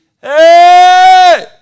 hey